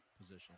position